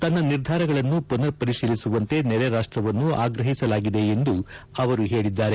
ತನ್ನ ನಿರ್ಧಾರಗಳನ್ನು ಪುನರ್ ಪರಿಶೀಲಿಸುವಂತೆ ನೆರೆ ರಾಷ್ಲವನ್ನು ಆಗ್ರಹಿಸಲಾಗಿದೆ ಎಂದು ಅವರು ಹೇಳಿದ್ದಾರೆ